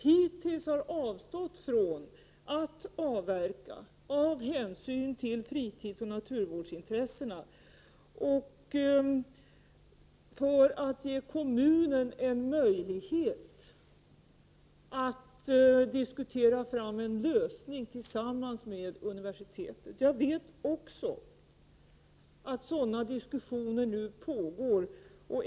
Hittills har man avstått från att avverka med hänsyn till fritidsoch naturvårdsintressena och för att ge kommunen en möjlighet att diskutera fram en lösning tillsammans med universitetet. Jag vet också att sådana diskussioner nu pågår.